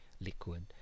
liquid